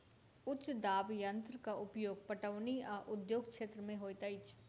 उच्च दाब यंत्रक उपयोग पटौनी आ उद्योग क्षेत्र में होइत अछि